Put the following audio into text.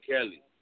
Kelly